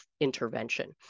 intervention